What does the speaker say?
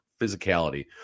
physicality